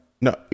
No